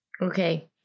Okay